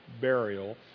Burial